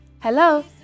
Hello